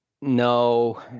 No